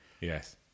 Yes